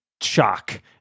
shock